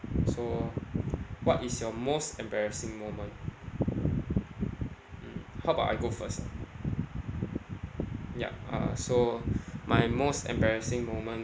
so what is your most embarrassing moment mm how about I go first ah yup uh so my most embarrassing moment